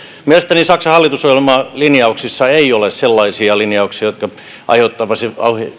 mielestäni saksan hallitusohjelman linjauksissa ei ole sellaisia linjauksia jotka aiheuttaisivat